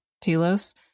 Telos